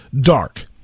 dark